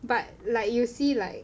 but like you see like